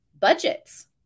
budgets